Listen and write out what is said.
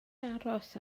aros